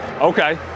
Okay